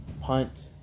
punt